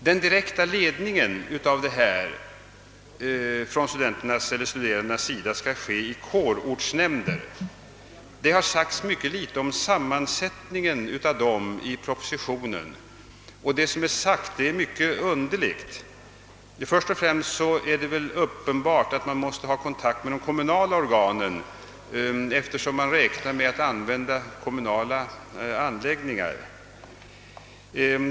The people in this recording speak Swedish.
Den direkta ledningen skall utövas av kårortsnämnder. I propositionen har sagts mycket litet om sammansättningen av dessa, och det som har sagts är mycket underligt. Först och främst är det väl uppenbart att man måste ha kontakt med de lokala organen eftersom man räknar med att använda kommunala anläggningar.